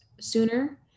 sooner